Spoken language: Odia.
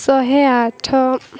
ଶହେ ଆଠ